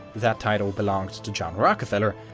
that title belonged to john rockefeller,